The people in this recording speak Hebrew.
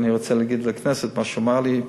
ואני רוצה להגיד לכנסת מה הוא אמר לי,